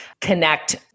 connect